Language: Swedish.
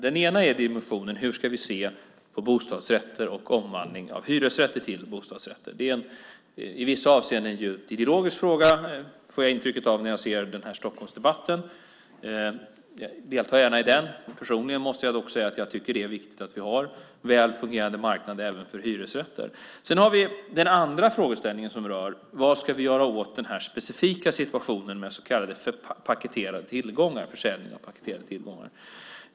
Den ena dimensionen är hur vi ska se på bostadsrätter och omvandling av hyresrätter till bostadsrätter. Det är en i vissa avseenden djupt ideologisk fråga, får jag intryck av när jag ser den här Stockholmsdebatten - jag deltar gärna i den. Personligen måste jag dock säga att jag tycker att det är viktigt att vi har väl fungerande marknader även för hyresrätter. Sedan har vi den andra frågeställningen: Vad ska vi göra åt den specifika situationen med försäljning av så kallade paketerade tillgångar?